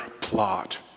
plot